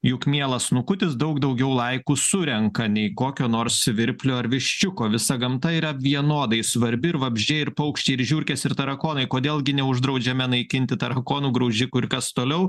juk mielas snukutis daug daugiau laikų surenka nei kokio nors svirplio ar viščiuko visa gamta yra vienodai svarbi ir vabzdžiai ir paukščiai ir žiurkės ir tarakonai kodėl gi neuždraudžiame naikinti tarakonų graužikų ir kas toliau